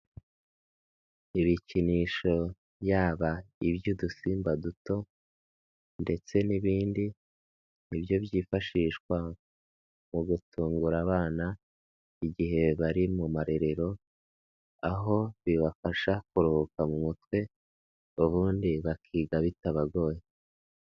Ibikinisho yaba iby'udusimba duto ndetse n'ibindi, nibyo byifashishwa mu gutungura abana igihe bari mu marerero, aho bibafasha kuruhuka mu mutwe ubundi bakiga bitabagoye.